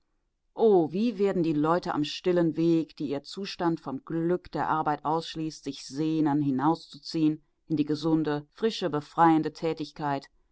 oh wie werden die leute am stillen weg die ihr zustand vom glück der arbeit ausschließt sich sehnen hinauszuziehen in die gesunde frische befreiende tätigkeit